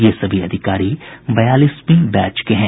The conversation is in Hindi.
ये सभी अधिकारी बयालीसवीं बैच के हैं